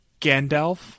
Gandalf